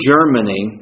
Germany